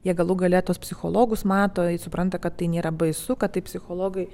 jie galų gale tuos psichologus mato jie supranta kad tai nėra baisu kad taip psichologai